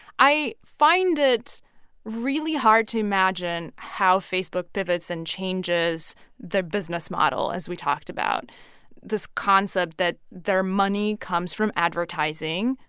i find it really hard to imagine how facebook pivots and changes their business model, as we talked about this concept that their money comes from advertising,